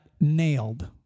nailed